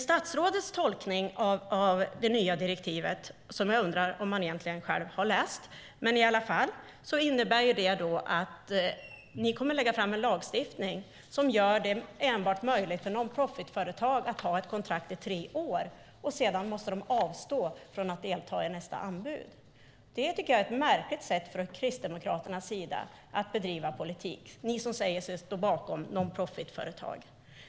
Statsrådets tolkning av det nya direktivet, som jag undrar om han verkligen har läst, innebär att regeringen kommer att införa en lagstiftning som gör det möjligt för non-profit-företag att ha ett kontrakt i tre år. Därefter måste de avstå från att delta i anbudsgivningen. Det är ett märkligt sätt från Kristdemokraternas sida att bedriva politik när de samtidigt säger sig stå bakom non-profit-företag.